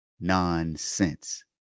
nonsense